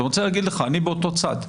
אני רוצה להגיד לך שאני באותו צד.